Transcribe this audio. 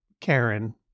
Karen